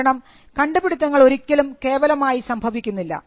കാരണം കണ്ടുപിടുത്തങ്ങൾ ഒരിക്കലും കേവലമായി സംഭവിക്കുന്നില്ല